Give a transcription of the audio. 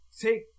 take